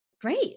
great